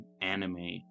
anime